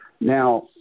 Now